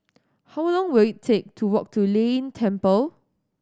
how long will it take to walk to Lei Yin Temple